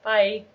Bye